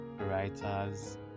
writers